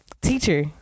teacher